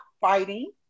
fighting